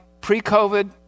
pre-COVID